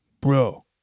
Bro